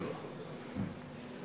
אדוני.